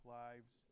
lives